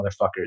motherfuckers